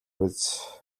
биз